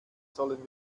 sollen